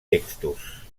textos